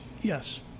yes